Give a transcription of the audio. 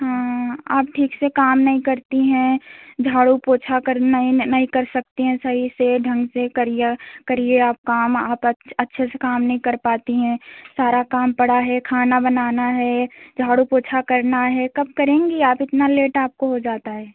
हाँ आप ठीक से काम नहीं करती हैं झाड़ु पोछा करना नहीं कर सकते हैं सही से ढंग से करिया करिए आप काम आप अच् अच्छे से काम नहीं कर पाती हैं सारा काम पड़ा खाना बनाना है झाड़ु पोछा करना है कब करेंगी आप इतना लेट आपको हो जाता है